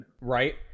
right